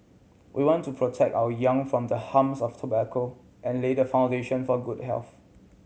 we want to protect our young from the harms of tobacco and lay the foundation for good health